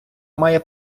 має